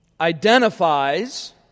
identifies